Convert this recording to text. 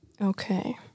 Okay